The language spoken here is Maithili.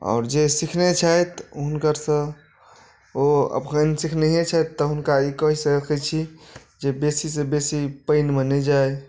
आओर जे सिखने छथि हुनकरसँ ओ अपन सीखनेहे छथि तऽ हुनका ई कही सकैत छी जे बेसीसँ बेसी पानिमे नहि जाइ